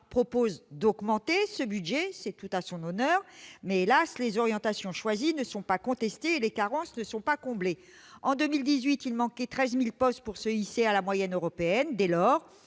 lois, d'augmenter ce budget- c'est tout à son honneur -, mais, hélas, les orientations choisies ne sont pas contestées et les carences ne sont pas comblées. En 2018, il manquait 13 000 postes pour que la France puisse rejoindre la moyenne européenne ; dès lors,